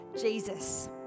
jesus